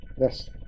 Yes